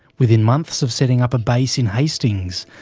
within months of setting up base in hastings,